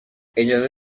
اجازه